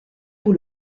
pour